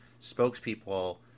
spokespeople